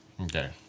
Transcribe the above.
Okay